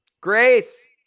Grace